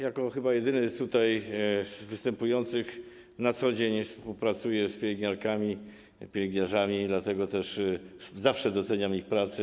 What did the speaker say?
Jako chyba jedyny z tutaj występujących na co dzień współpracuję z pielęgniarkami, pielęgniarzami i dlatego też zawsze doceniam ich pracę.